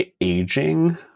aging